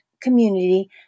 community